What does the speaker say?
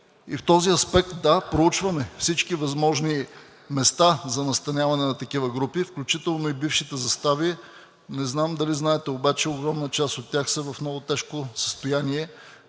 И в този аспект, да, проучваме всички възможни места за настаняване на такива групи, включително и бившите застави. Не знам дали знаете обаче, огромна част от тях са в много тежко състояние.